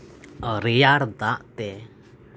ᱨᱮᱭᱟᱲ ᱫᱟᱜ ᱛᱮ